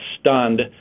stunned